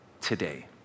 today